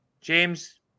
James